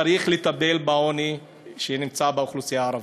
צריך לטפל בעוני שנמצא באוכלוסייה הערבית,